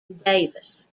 davis